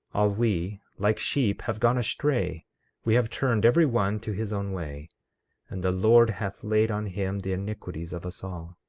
all we, like sheep, have gone astray we have turned every one to his own way and the lord hath laid on him the iniquities of us all.